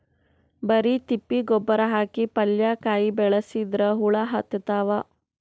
ಬರಿ ತಿಪ್ಪಿ ಗೊಬ್ಬರ ಹಾಕಿ ಪಲ್ಯಾಕಾಯಿ ಬೆಳಸಿದ್ರ ಹುಳ ಹತ್ತತಾವ?